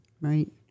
right